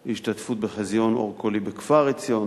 השתתפות בחזיון אור-קולי בכפר-עציון,